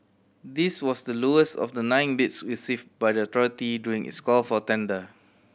this was the lowest of the nine bids received by the authority during its call for tender